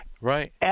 Right